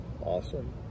Awesome